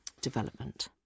development